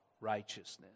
righteousness